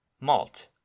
Malt